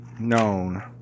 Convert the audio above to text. known